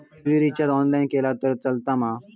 TV recharge online केला तरी चलात मा?